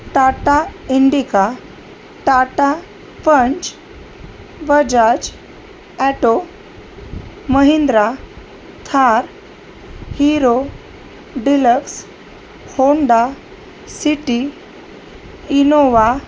Tata Indica Tata Punch Bajaj Auto Mahindra Thar Hero Deluxe Honda City Innova